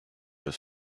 his